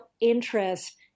interest